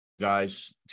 guys